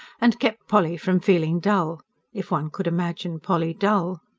and kept polly from feeling dull if one could imagine polly dull!